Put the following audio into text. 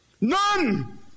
None